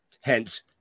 Hence